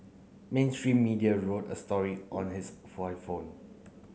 mainstream media wrote a story on his iPhone